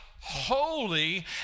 holy